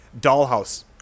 dollhouse